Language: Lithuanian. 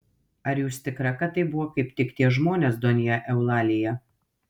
ar jūs tikra kad tai buvo kaip tik tie žmonės donja eulalija